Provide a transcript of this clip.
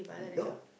no